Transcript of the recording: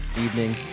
evening